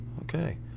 Okay